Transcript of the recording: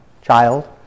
child